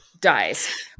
dies